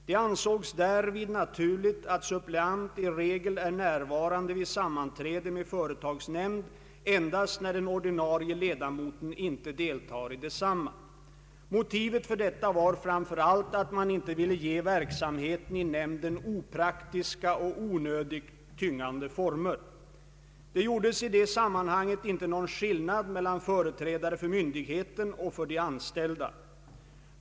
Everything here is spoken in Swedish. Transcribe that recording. Det ansågs därvid naturligt att suppleant i regel är närvarande vid sammanträde med företagsnämnd endast när den ordinarie ledamoten inte deltar i detsamma. Motivet för detta var framför allt att man inte ville ge verksamheten i nämnden opraktiska och onödigt tyngande former, Det gjordes i det sammanhanget inte någon skillnad mellan företrädare för myndigheten och för de anställda.